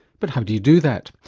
but how do you do that?